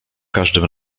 każdym